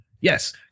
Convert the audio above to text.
Yes